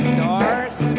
Stars